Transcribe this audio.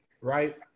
right